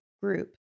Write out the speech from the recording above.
group